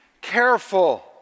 careful